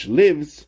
lives